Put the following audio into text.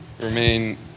remain